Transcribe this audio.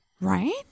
Right